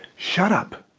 shut up.